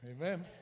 Amen